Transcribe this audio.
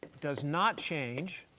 does not change